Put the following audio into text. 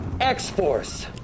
x-force